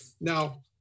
now